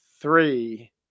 three